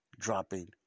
Dropping